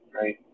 right